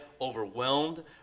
overwhelmed